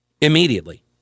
immediately